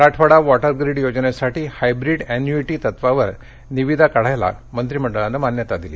Marathwada water grid योजनेसाठी hybrid annuity तत्त्वावर निविदा काढायला मंत्रिमंडळानं मान्यता दिली